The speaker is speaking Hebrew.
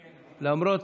למרות,